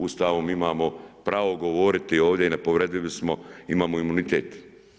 Ustavom imamo pravo govoriti ovdje i nepovredivi smo, imamo imunitet.